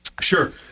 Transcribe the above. Sure